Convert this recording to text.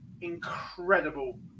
incredible